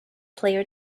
player